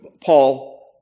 Paul